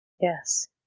Yes